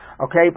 Okay